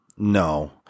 No